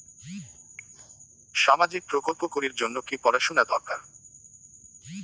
সামাজিক প্রকল্প করির জন্যে কি পড়াশুনা দরকার?